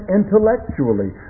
intellectually